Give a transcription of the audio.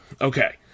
Okay